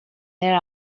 there